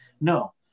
No